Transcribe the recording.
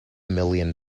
million